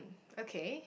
okay